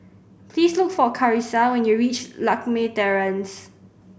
please look for Karissa when you reach Lakme Terrace